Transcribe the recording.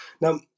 Now